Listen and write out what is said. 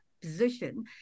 position